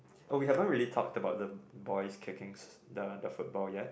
oh we haven't really talked about the boys kicking the the football yet